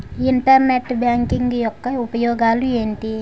Internet banking యెక్క ఉపయోగాలు ఎంటి?